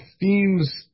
themes